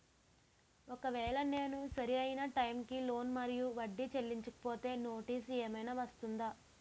ఒకవేళ నేను సరి అయినా టైం కి లోన్ మరియు వడ్డీ చెల్లించకపోతే నోటీసు ఏమైనా వస్తుందా?